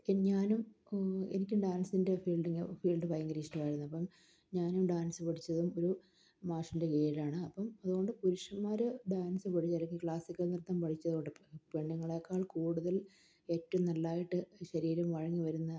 ഞാനും എനിക്ക് ഡാൻസിൻ്റെ ഫീൽഡ് ഭയങ്കരമിഷ്ടമായിരുന്നു അപ്പം ഞാനും ഡാൻസ് പഠിച്ചത് ഒരു മാഷിൻ്റെ കീഴിലാണ് അപ്പം അതുകൊണ്ട് പുരുഷന്മാര് ഡാൻസ് പഠിച്ചു അല്ലെങ്കില് ക്ലാസിക്കൽ നൃത്തം പഠിച്ചതുകൊണ്ട് പെണ്ണുങ്ങളെക്കാൾ കൂടുതൽ ഏറ്റവും നല്ലതായിട്ട് ശരീരം വഴങ്ങി വരുന്ന